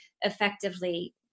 effectively